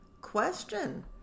question